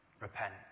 repent